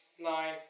nine